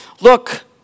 Look